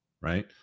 right